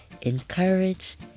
encourage